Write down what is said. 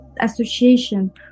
association